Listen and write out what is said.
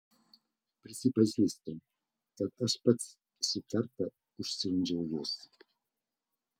prisipažįstu kad aš pats šį kartą užsiundžiau jus